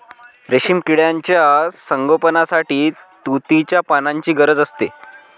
रेशीम किड्यांच्या संगोपनासाठी तुतीच्या पानांची गरज असते